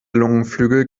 lungenflügel